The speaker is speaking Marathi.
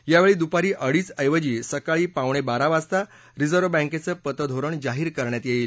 यावेळी दुपारी अडीच ऐवजी सकाळी पावणेबारा वाजता रिझर्व बँकेचं पतधोरण जाहीर करण्यात येईल